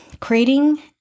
creating